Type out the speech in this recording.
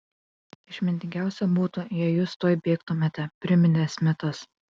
išmintingiausia būtų jeigu jūs tuoj bėgtumėte priminė smitas